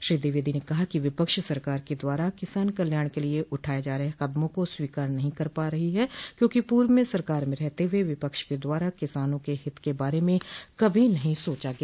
श्री द्विवेदी ने कहा कि विपक्ष सरकार के द्वारा किसान कल्याण के लिय उठाये जा रहे कदमों को स्वीकार नहीं कर पा रही है क्योंकि पूर्व में सरकार में रहत हुए विपक्ष के द्वारा किसानों के हित के बारे में कभी नहीं सोचा गया